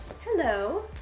Hello